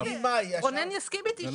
רונן יסכים איתי.